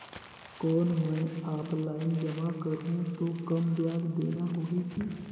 कौन मैं ऑफलाइन जमा करहूं तो कम ब्याज देना होही की?